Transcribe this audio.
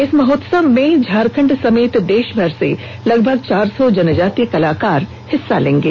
इस महोत्सव में झारखंड समेत देशभर से लगभग चार सौ जनजातीय कलाकार शामिल होंगे